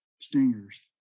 stingers